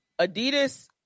adidas